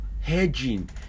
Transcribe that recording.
hedging